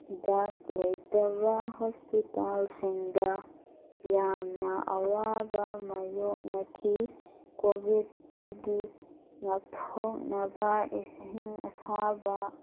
ꯍꯤꯗꯥꯛ ꯂꯩꯇꯕ ꯍꯣꯁꯄꯤꯇꯥꯜꯁꯤꯡꯗ ꯌꯥꯝꯅ ꯑꯋꯥꯕ ꯃꯥꯏꯌꯣꯛꯅꯈꯤ ꯀꯣꯕꯤꯠꯇꯒꯤ ꯉꯥꯛꯊꯣꯛꯅꯕ ꯏꯁꯤꯡ ꯑꯁꯥꯕ